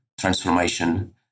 transformation